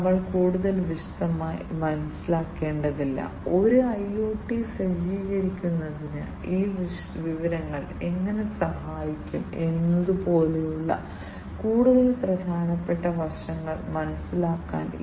അതിനാൽ പ്രോസസറുമായും ഡാറ്റ നെറ്റ്വർക്കുമായും ആശയവിനിമയം സാധ്യമാക്കുന്നതിന് ചെറിയ മെമ്മറിയും സ്റ്റാൻഡേർഡ് ഫിസിക്കൽ കണക്ഷനും ഉള്ളവയാണ് സ്മാർട്ട് സെൻസറുകൾ